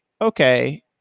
okay